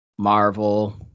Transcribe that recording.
Marvel